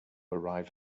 arrive